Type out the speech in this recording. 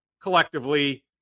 collectively